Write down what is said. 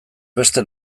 beste